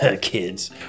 Kids